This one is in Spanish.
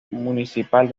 municipal